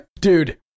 dude